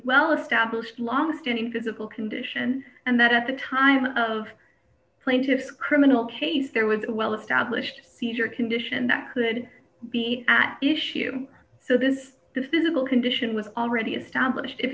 well established last any physical condition and that at the time of plaintiff's criminal case there was a well established seizure condition that could be at issue so this the physical condition was already established if